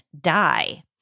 die